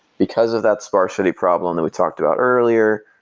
because of that sparsity problem that we talked about earlier,